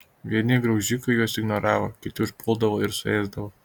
vieni graužikai juos ignoravo kiti užpuldavo ir suėsdavo